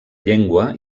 llengua